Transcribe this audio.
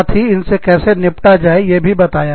साथ में इनसे कैसे निपटा जाए यह भी बताया